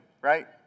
right